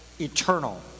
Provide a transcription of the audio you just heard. eternal